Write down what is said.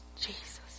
Jesus